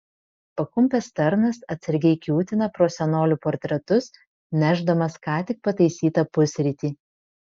pakumpęs tarnas atsargiai kiūtina pro senolių portretus nešdamas ką tik pataisytą pusrytį